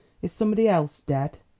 is somebody else dead?